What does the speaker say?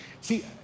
See